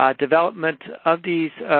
ah development of these